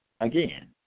Again